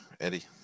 Eddie